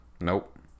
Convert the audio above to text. Nope